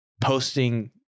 posting